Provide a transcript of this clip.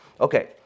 Okay